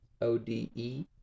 O-D-E